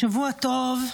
שבוע טוב.